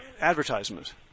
advertisement